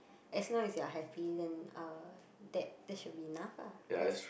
as long as you're happy then uh that that should be enough lah cause